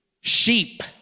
Sheep